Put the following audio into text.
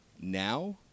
now—